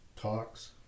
talks